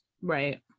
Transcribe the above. Right